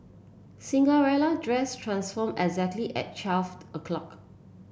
Cinderella dress transformed exactly at twelve o'clock